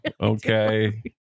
Okay